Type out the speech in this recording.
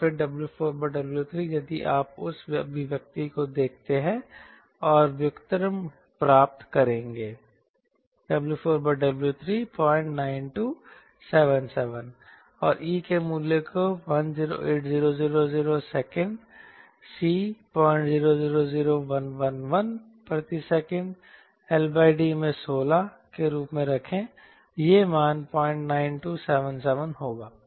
और फिर W4W3 यदि आप उस अभिव्यक्ति को देखते हैं और व्युत्क्रम प्राप्त करेंगे W4W3e ECLD09277 और E के मूल्य को 10800 सेकंड C 0000111 प्रति सेकंड L D में 16 के रूप में रखें यह मान 09277 होगा